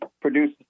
produce